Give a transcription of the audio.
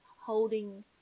holding